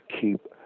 keep